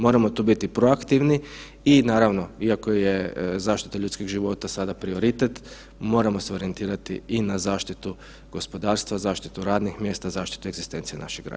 Moramo tu biti proaktivni i naravno iako je zaštita ljudskih života sada prioritet moramo se orijentirati i na zaštitu gospodarstva, zaštitu radnih mjesta, zaštitu egzistencije naših građana.